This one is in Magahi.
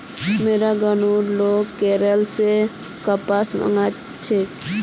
मोर गांउर लोग केरल स कपास मंगा छेक